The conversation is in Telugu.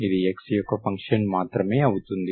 ఇది x యొక్క ఫంక్షన్ మాత్రమే అవుతుంది